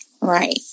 right